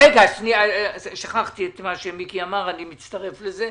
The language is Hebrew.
רגע, שכחתי את מה שמיקי אמר, אני מצטרף לזה.